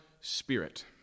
spirit